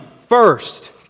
first